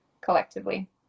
collectively